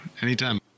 Anytime